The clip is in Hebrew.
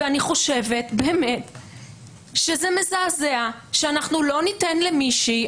אני חושבת שזה מזעזע שלא ניתן למישהי,